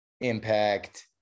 impact